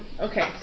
okay